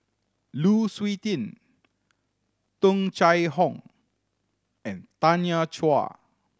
Lu Suitin Tung Chye Hong and Tanya Chua